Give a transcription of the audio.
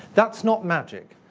that's not magic.